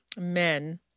men